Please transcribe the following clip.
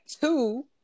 Two